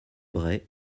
bray